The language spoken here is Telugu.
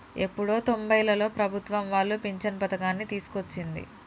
ఎప్పుడో తొంబైలలో ప్రభుత్వం వాళ్లు పించను పథకాన్ని తీసుకొచ్చింది